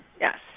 Yes